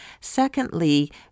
Secondly